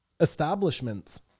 establishments